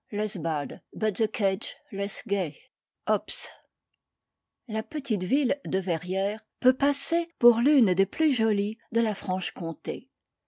la petite ville de verrières peut passer pour l'une des plus jolies de la franche-comté